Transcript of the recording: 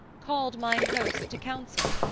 called mine host to council,